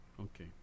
Okay